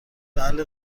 محل